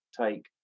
take